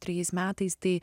trejais metais tai